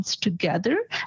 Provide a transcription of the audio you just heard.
together